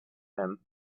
him